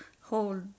hold